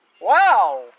Wow